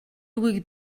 үгийг